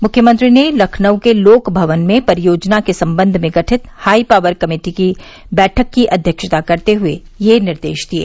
मुख्यमंत्री ने लखनऊ के लोक भवन में परियोजना के संबंध में गठित हाईपावर कमेटी की बैठक की अध्यक्षता करते हुए यह निर्देश दिये